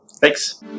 thanks